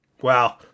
wow